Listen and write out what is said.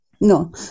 No